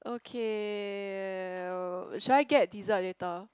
okay uh should I get dessert later